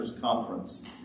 Conference